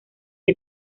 que